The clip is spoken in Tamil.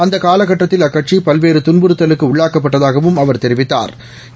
அந்த காலக்கட்டத்தில் அக்கட்சி பல்வேறு துன்புறுத்தலுக்கு உள்ளாக்கப்பட்டதாகவும் அவா் தெரிவித்தாா்